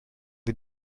wir